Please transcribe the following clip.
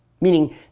meaning